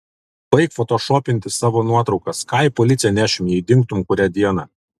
baik fotošopinti savo nuotraukas ką į policiją nešim jei dingtum kurią dieną